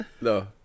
No